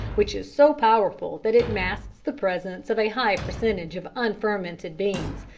which is so powerful that it masks the presence of a high percentage of unfermented beans.